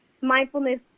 mindfulness